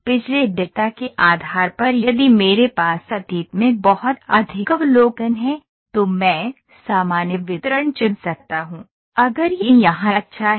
पिछले डेटा के आधार पर यदि मेरे पास अतीत में बहुत अधिक अवलोकन हैं तो मैं सामान्य वितरण चुन सकता हूं अगर यह यहां अच्छा है